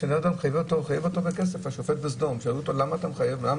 שאל התובע: למה אתה מחייב אותי?